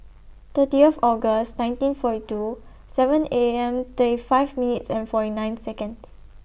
thirtieth August nineteen forty two seven A M thirty five minutes forty nine Seconds